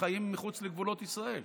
שחיים מחוץ לגבולות ישראל.